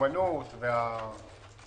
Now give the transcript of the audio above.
המיומנות ועל העובדה